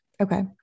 Okay